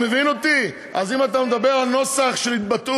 לא בסדר.